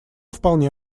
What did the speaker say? вполне